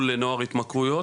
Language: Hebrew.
לטיפול נוער התמכרויות.